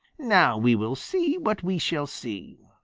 now we will see what we shall see.